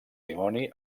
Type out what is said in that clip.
dimoni